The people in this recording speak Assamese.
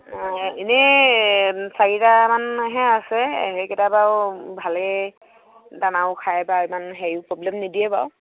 অঁ এনেই চাৰিটামানহে আছে সেইকেইটা বাৰু ভালেই দানাও খাই বাৰু ইমান হেৰি প্ৰব্লেম নিদিয়ে বাৰু